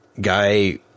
guy